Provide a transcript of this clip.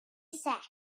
sacks